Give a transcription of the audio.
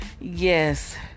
Yes